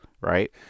right